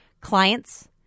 clients